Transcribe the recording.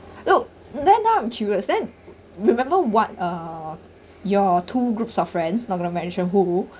nope then now I'm curious then remember what uh your two groups of friends not going to mention who